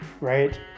right